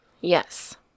Yes